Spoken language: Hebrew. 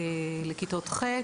לכיתות ח'.